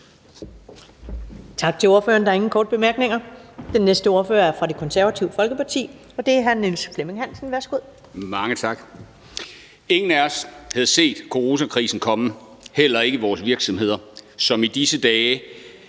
Tak til ordføreren. Der er ingen korte bemærkninger. Den næste ordfører er fra Det Konservative Folkeparti, og det er hr. Niels Flemming Hansen. Værsgo. Kl. 12:37 (Ordfører) Niels Flemming Hansen (KF): Mange tak. Ingen af os havde set coronakrisen komme, heller ikke vores virksomheder, som i disse dage